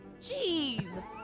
Jeez